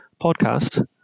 podcast